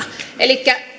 elikkä